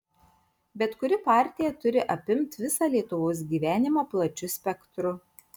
bet kuri partija turi apimt visą lietuvos gyvenimą plačiu spektru